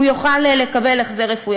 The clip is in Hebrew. הוא יוכל לקבל החזר רפואי.